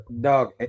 dog